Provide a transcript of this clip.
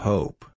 Hope